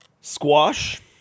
Squash